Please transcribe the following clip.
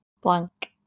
blank